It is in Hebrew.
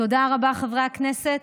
תודה רבה, חברי הכנסת.